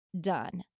Done